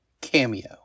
cameo